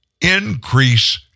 increase